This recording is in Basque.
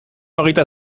hogeita